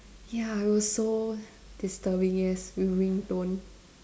ya it was so disturbing yes the ringtone